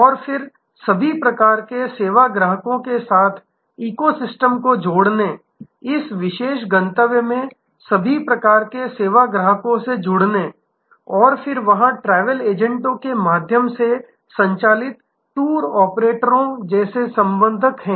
और फिर सभी प्रकार के सेवा ग्राहकों के इस इको सिस्टम को जोड़ने इस विशेष गंतव्य में सभी प्रकार के सेवा ग्राहकों से जुड़ने और फिर वहाँ ट्रैवल एजेंटों के माध्यम से संचालित टूर ऑपरेटरों जैसे संबंधक हैं